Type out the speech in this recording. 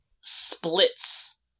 splits